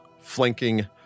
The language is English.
flanking